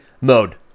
mode